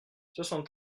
soixante